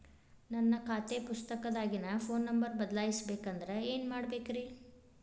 ನನ್ನ ಖಾತೆ ಪುಸ್ತಕದಾಗಿನ ಫೋನ್ ನಂಬರ್ ಬದಲಾಯಿಸ ಬೇಕಂದ್ರ ಏನ್ ಮಾಡ ಬೇಕ್ರಿ?